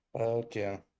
Okay